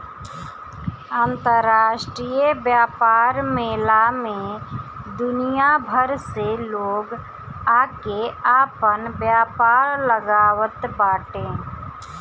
अंतरराष्ट्रीय व्यापार मेला में दुनिया भर से लोग आके आपन व्यापार लगावत बाटे